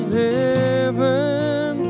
heaven